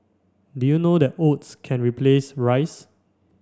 did you know that oats can replace rice